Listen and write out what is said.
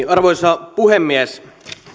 arvoisa puhemies